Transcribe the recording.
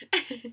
and